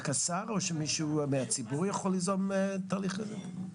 רק השר או שמישהו מהציבור יכול ליזום תהליך כזה?